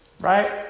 Right